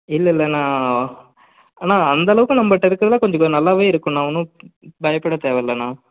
இல்லை இல்லைண்ணா அண்ணா அந்தளவுக்கு நம்மள்ட்ட இருக்கிறதுல கொஞ்சம் கோ நல்லாவே இருக்குதுண்ணா ஒன்றும் பயப்பட தேவயில்லண்ணா